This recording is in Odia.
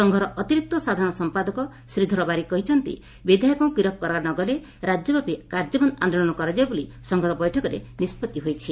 ସଂଘର ଅତିରିକ୍ତ ସାଧାରଣ ସମ୍ପାଦକ ଶ୍ରୀଧର ବାରିକ କହିଛନ୍ତି ବିଧାୟକଙ୍କୁ ଗିରଫ କରା ନଗଲେ ରାଜ୍ୟବ୍ୟାପୀ କାର୍ଯ୍ୟବନ୍ଦ ଆନ୍ଦୋଳନ କରାଯିବ ବୋଲି ସଂଘର ବୈଠକରେ ନିଷ୍ବତ୍ତି ହୋଇଛି